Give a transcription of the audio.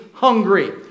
Hungry